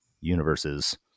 universes